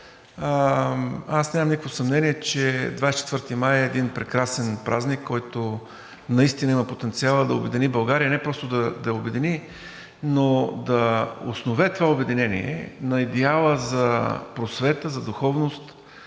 Аз нямам никакво съмнение, че 24 май е един прекрасен празник, който наистина има потенциала да обедини България, не просто да я обедини, но да основе това обединение на идеала за просвета, за духовност,